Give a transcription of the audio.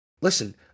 listen